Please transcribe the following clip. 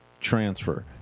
transfer